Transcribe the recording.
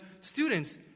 students